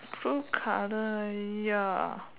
so color ya